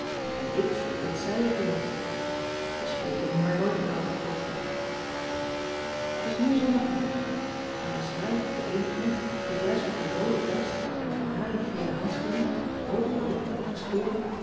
en ik vind dat zij het doen ij spreken nu maar nooit meer over godsdienst et is nu ondagmiddag masai de cene knecht is juist met een roode das en kanariegele handschoenen hoogrood en geschoren